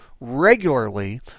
regularly